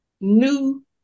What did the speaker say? new